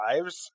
lives